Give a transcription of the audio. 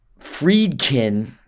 Friedkin